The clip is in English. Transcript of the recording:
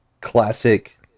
classic